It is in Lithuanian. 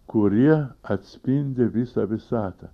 kurie atspindi visą visatą